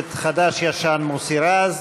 הכנסת החדש-ישן מוסי רז.